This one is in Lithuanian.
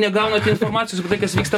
negaunate informacijos kas vyksta